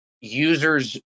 users